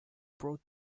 pro